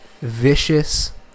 vicious